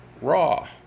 Raw